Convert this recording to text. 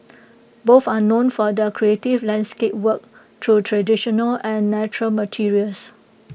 both are known for their creative landscape work through traditional and natural materials